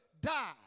die